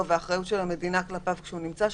והאחריות של המדינה כלפיו כשהוא נמצא שם,